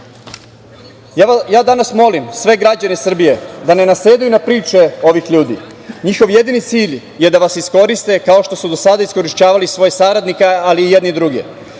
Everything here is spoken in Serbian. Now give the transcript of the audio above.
ja molim sve građane Srbije da ne nasedaju na priče ovih ljudi. Njihov jedini cilj je da vas iskoriste kao što su do sada iskorišćavali svoje saradnike, ali i jedni drugi.